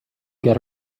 get